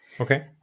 Okay